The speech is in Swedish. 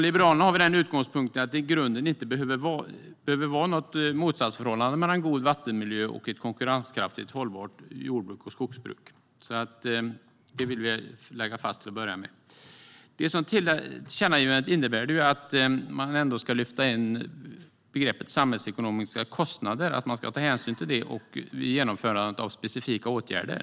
Liberalernas utgångspunkt är att det i grunden inte behöver vara något motsatsförhållande mellan god vattenmiljö och konkurrenskraftigt, hållbart jordbruk och skogsbruk. Det vill vi till att börja med slå fast. Tillkännagivandet innebär att man ska lyfta in begreppet "samhällsekonomiska kostnader" och att man ska ta hänsyn till dessa vid genomförandet av specifika åtgärder.